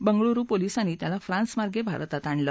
बेंगळुरू पोलिसांनी त्याला फ्रान्समार्गे भारतात आणलं